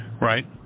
Right